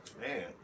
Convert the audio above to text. Man